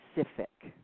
specific